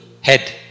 head